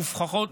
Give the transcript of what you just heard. מופרכות,